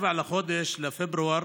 ב-27 בפברואר